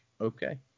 Okay